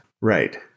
Right